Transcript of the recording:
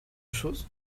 chose